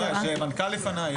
כן, בבקשה.